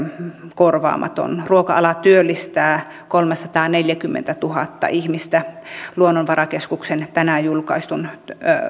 korvaamaton ruoka ala työllistää kolmesataaneljäkymmentätuhatta ihmistä luonnonvarakeskuksen tänään julkaistun